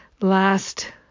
last